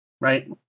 right